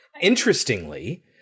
Interestingly